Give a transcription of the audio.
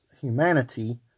humanity